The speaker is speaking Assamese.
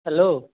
হেল্ল'